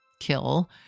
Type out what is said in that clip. kill